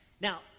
Now